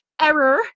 error